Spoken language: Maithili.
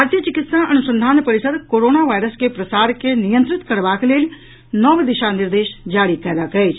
भारतीय चिकित्सा अनुसंधान परिषद कोरोना वायरस के प्रसार के नियंत्रित करबाक लेल नव दिशा निर्देश जारी कयलक अछि